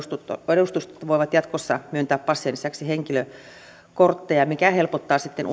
edustustot voivat jatkossa myöntää passin lisäksi henkilökortteja mikä helpottaa sitten